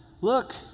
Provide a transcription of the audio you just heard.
look